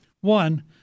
One